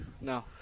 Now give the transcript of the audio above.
No